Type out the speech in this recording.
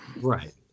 Right